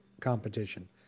competition